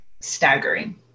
staggering